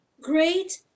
great